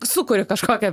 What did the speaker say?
sukuri kažkokią